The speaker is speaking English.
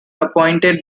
appointed